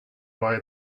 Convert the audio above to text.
why